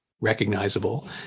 recognizable